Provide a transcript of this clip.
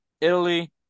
Italy